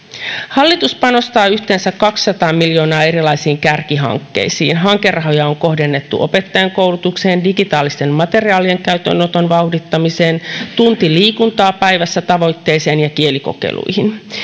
hallitus panostaa yhteensä kaksisataa miljoonaa erilaisiin kärkihankkeisiin hankerahoja on kohdennettu opettajankoulutukseen digitaalisten materiaalien käyttöönoton vauhdittamiseen tunti liikuntaa päivässä tavoitteeseen ja kielikokeiluihin